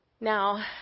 Now